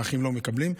האחים לא מקבלים.